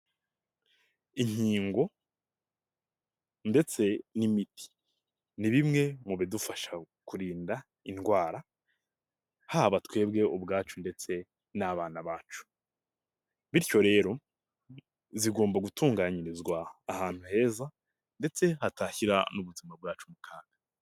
Inkingo ndetse n'imiti. Ni bimwe mu bidufasha kurinda indwara. Haba twebwe ubwacu ndetse n'abana bacu. Bityo rero zigomba gutunganyirizwa ahantu heza, ndetse hatashyira n'ubuzima bwacu mu kaga.